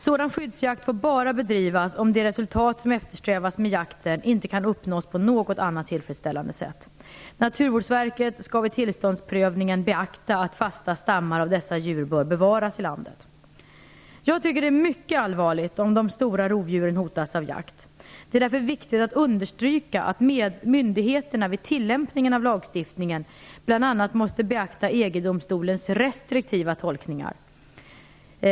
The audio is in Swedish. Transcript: Sådan skyddsjakt får bara bedrivas om det resultat som eftersträvas med jakten inte kan uppnås på något annat tillfredsställande sätt. Naturvårdsverket skall vid tillståndsprövningen beakta att fasta stammar av dessa djur bör bevaras i landet. Jag tycker att det är mycket allvarligt om de stora rovdjuren hotas av jakt. Det är därför viktigt att understryka att myndigheterna vid tillämpningen av lagstiftningen bl.a. måste beakta EG-domstolens restriktiva tolkningar.